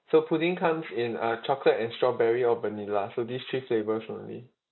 so pudding comes in uh chocolate and strawberry or vanilla so these three flavours only